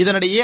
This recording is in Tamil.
இதனிடையே